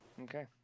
Okay